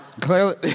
Clearly